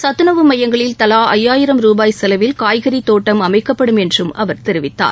சத்துணவு மையங்களில் தலா ஐயாயிரம் ரூபாய் செலவில் காய்கறித் தோட்டம் அமைக்கப்படும் என்றும் அவர் தெரிவித்தார்